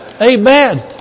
Amen